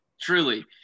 Truly